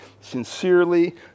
sincerely